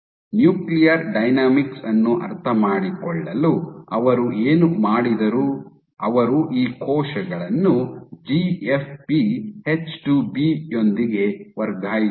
nuclear dynamics ಅನ್ನು ಅರ್ಥಮಾಡಿಕೊಳ್ಳಲು ಅವರು ಏನು ಮಾಡಿದರು ಅವರು ಈ ಕೋಶಗಳನ್ನು ಜಿಎಫ್ಪಿ ಎಚ್2ಬಿ ಯೊಂದಿಗೆ ವರ್ಗಾಯಿಸಿದರು